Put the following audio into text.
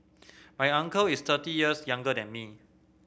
my uncle is thirty years younger than me